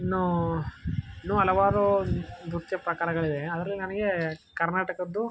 ಇನ್ನು ಇನ್ನೂ ಹಲವಾರು ನೃತ್ಯ ಪ್ರಕಾರಗಳಿವೆ ಅದರಲ್ಲಿ ನನಗೆ ಕರ್ನಾಟಕದ್ದು